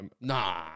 Nah